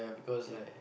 same